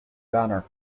banner